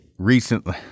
Recently